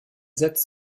setzt